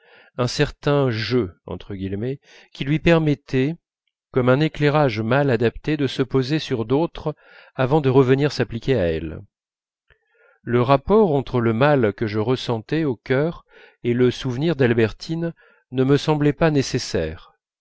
d'albertine certain jeu qui lui permettait comme un éclairage mal adapté de se poser sur d'autres avant de revenir s'appliquer à elles le rapport entre le mal que je ressentais au cœur et le souvenir d'albertine ne me semblait pas nécessaire